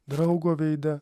draugo veide